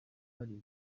bari